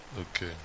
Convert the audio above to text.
Okay